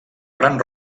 gran